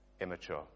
immature